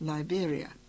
Liberia